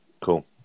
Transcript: cool